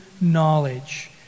knowledge